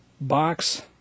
Box